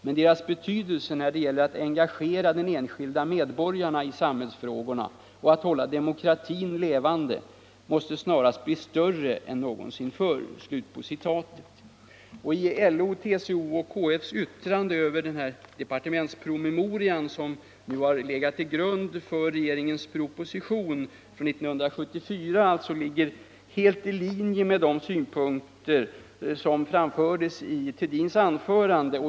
Men deras betydelse när det gäller att engagera de enskilda medborgarna i samhällsfrågor och att hålla demokratin levande måste snarast bli större än någonsin förr.” LO:s, TCO:s och KF:s yttrande från 1974 över den departementspromemoria som legat till grund för regeringens proposition ligger helt i linje med de synpunkter som framfördes i Thedins anförande.